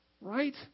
Right